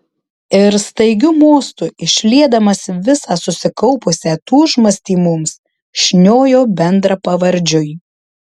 ir staigiu mostu išliedamas visą susikaupusią tūžmastį mums šniojo bendrapavardžiui